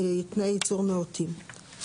תנאי ייצור נאותים.